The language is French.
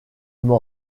m’en